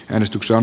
edistyksen